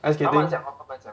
ice skating lor